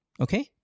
Okay